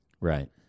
Right